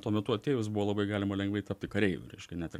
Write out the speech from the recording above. tuo metu atėjus buvo labai galima lengvai tapti kareiviu reiškia net ir